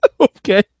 Okay